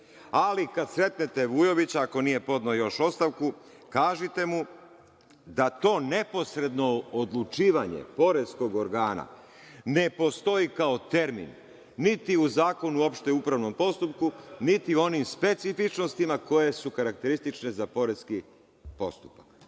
čega. Kada sretnete Vujovića, ako nije podneo još ostavku, kažite mu da to neposredno odlučivanje poreskog organa ne postoji kao termin, niti u Zakonu o opštem upravnom postupku, niti u onim specifičnostima koje su specifične za poreski postupak.